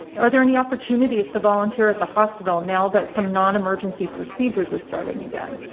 are there any opportunities to volunteer at the hospital now that some non emergency procedures are starting again?